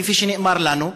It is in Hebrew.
כפי שנאמר לנו,